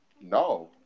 No